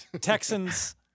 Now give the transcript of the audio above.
Texans